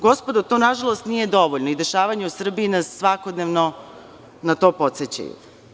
Gospodo, to nažalost nije dovoljno i dešavanja u Srbiji nas svakodnevno na to podsećaju.